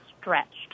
stretched